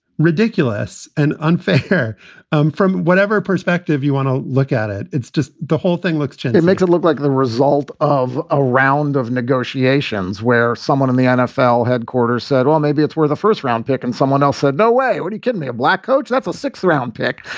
ridiculous and unfair um from whatever perspective you want to look at it it's just the whole thing looks and it makes it look like the result of a round of negotiations where someone in the nfl headquarters said, well, maybe it's where the first round pick and someone else said, no way. what are you kidding me? a black coach. that's a sixth round pick.